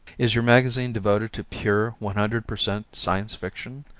is your magazine devoted to pure one hundred per cent. science fiction?